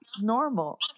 normal